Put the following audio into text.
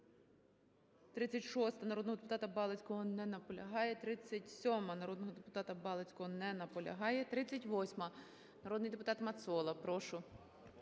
36-а народного депутата Балицького. Не наполягає. 37-а народного депутата Балицького. Не наполягає. 38-а. Народний депутат Мацола, прошу.